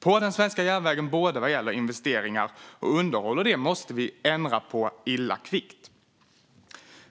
på den svenska järnvägen, både vad gäller investeringar och underhåll, och det måste vi ändra på illa kvickt.